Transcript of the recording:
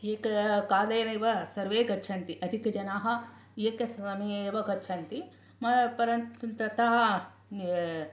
एक कालेनैव सर्वे गच्छन्ति अधिकजनाः एक समये एव गच्छन्ति परन्तु ततः